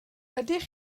ydych